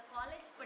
College